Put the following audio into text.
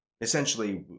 essentially